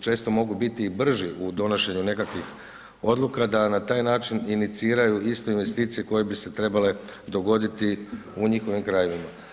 često mogu biti i brži u donošenju nekakvih odluka da na taj način iniciraju isto investicije koje bi se trebale dogoditi u njihovim krajevima.